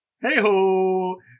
hey-ho